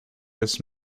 this